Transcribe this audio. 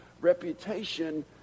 reputation